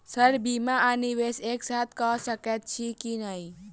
Sir बीमा आ निवेश एक साथ करऽ सकै छी की न ई?